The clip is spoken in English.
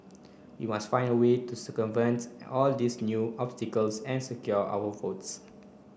we must find a way to circumvent all these new obstacles and secure our votes